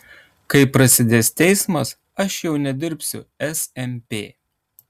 kai prasidės teismas aš jau nedirbsiu smp